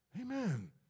Amen